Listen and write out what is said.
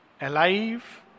Alive